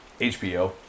HBO